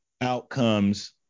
outcomes